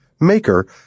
Maker